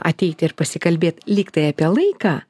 ateit ir pasikalbėt lygtai apie laiką